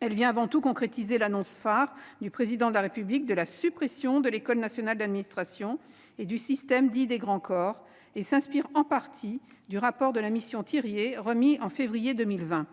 Elle vient avant tout concrétiser l'annonce phare du Président de la République : la suppression de l'École nationale d'administration et du système dit « des grands corps ». Elle s'inspire en partie du rapport de la mission Thiriez, remis en février 2020.